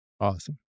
Awesome